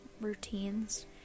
routines